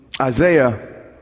Isaiah